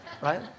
Right